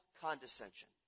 condescension